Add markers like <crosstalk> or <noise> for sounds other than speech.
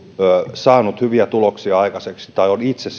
saaneet hyviä tuloksia aikaiseksi tai ovat itse <unintelligible>